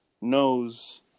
knows